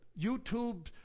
YouTube